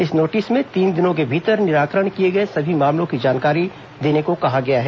इस नोटिस में तीन दिनों के भीतर निराकरण किए गए सभी मामलों की जानकारी देने को कहा गया है